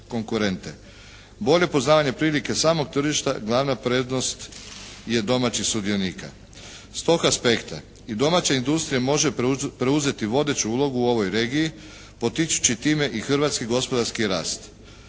Bolje poznavanje prilike samog tržišta glavna prednost je domaćih sudionika. S tog aspekta i domaća industrija može preuzeti vodeću ulogu u ovoj regiji potičući time i hrvatski gospodarski rast.